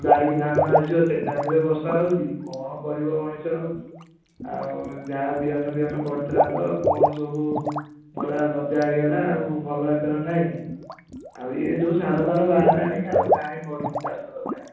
ବାରିକି ଧାନ ଆସିବ ସେହି ଟାଇମରେ ବର୍ଷା ହେଉଛି କ'ଣ କରିବ ମଣିଷ ଆଉ ଆଉ ଯାହା ବିହନ ଫିହନ ପଡ଼ିଥିଲା ତ କ'ଣ ସବୁ ଗଲା ଗଜା ହେଇଗଲା ଆଉ ଭଲ ଏଥର ନାଇଁ ଆଉ ଇଏ ଯେଉଁ ସାର ଫାର ବାହାରିଲାଣି ଆଉ କାଇଁ ପଡ଼ିଛି ଚାଷ କଥା